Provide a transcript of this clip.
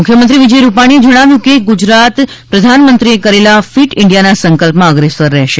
મુખ્યમંત્રી વિજય રૂપાણીએ જણાવ્યું હતું કે ગુજરાત પ્રધાનમંત્રીએ કરેલા ફીટ ઇતેન્ડયાના સંકલ્પમાં અગ્રેસર રહેશે